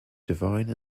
divine